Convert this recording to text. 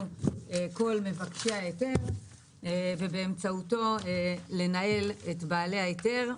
כל מבקשי ההיתר ושבאמצעותו ינהלו את בעלי ההיתר,